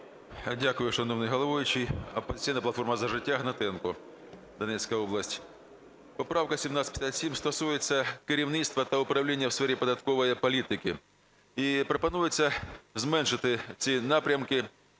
Дякую, шановний головуючий. "Опозиційна платформа – За життя", Гнатенко, Донецька область. Поправка 1757 стосується керівництва та управління у сфері податкової політики. І пропонується зменшити ці напрямки.